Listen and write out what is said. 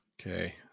okay